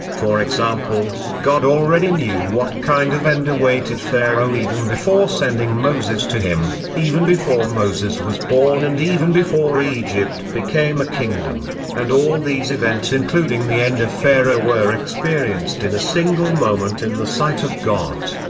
for example, god already knew what kind of end awaited pharaoh even before sending moses to him, even before moses was born and even before egypt became a kingdom and all these events including the end of pharaoh were experienced in a single moment in the sight of god.